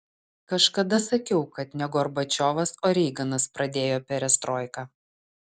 kažkada sakiau kad ne gorbačiovas o reiganas pradėjo perestroiką